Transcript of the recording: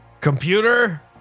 Computer